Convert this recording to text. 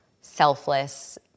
selfless